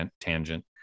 tangent